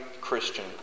Christian